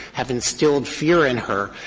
have instilled fear in her,